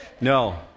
No